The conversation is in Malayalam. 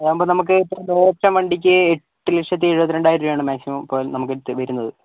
അതാകുമ്പോൾ നമുക്ക് ഇത്രയ് വണ്ടിക്ക് എട്ടുലക്ഷത്തി ഇരുപത്തി രണ്ടായിരം രൂപയാണ് മാക്സിമം പോയാൽ നമുക്ക് വരുന്നത്